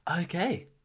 Okay